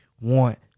want